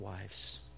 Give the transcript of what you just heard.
wives